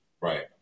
Right